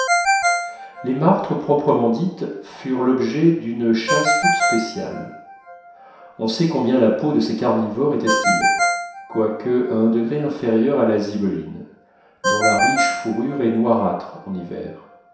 les martres proprement dites furent l'objet d'une chasse toute spéciale on sait combien la peau de ces carnivores est estimée quoique à un degré inférieur à la zibeline dont la riche fourrure est noirâtre en hiver